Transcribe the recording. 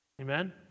Amen